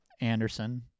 Anderson